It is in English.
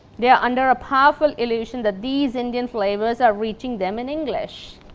they are under a powerful illusion that these indian flavours are reaching them in english.